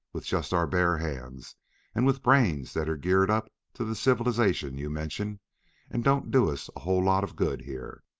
with just our bare hands and with brains that are geared up to the civilization you mention and don't do us a whole lot of good here.